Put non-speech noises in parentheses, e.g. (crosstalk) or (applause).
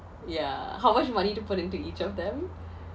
yeah how much money to put into each of them (laughs)